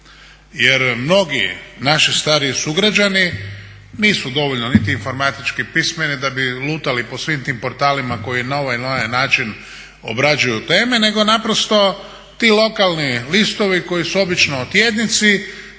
jer mnogi naši stariji sugrađani nisu dovoljno niti informatički pismeni da bi lutali po svim tim portalima koji na ovaj ili onaj način obrađuju teme, nego naprosto ti lokalni listovi koji su obično tjednici